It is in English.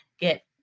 get